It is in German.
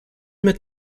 mit